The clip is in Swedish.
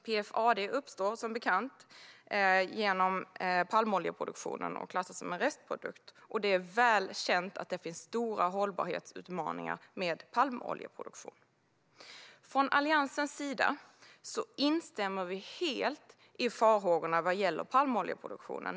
PFAD uppstår som bekant vid palmoljeproduktion och klassas som restprodukt. Det är väl känt att det finns stora hållbarhetsutmaningar med palmoljeproduktion. Alliansen instämmer helt i farhågorna vad gäller palmoljeproduktion.